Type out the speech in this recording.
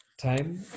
time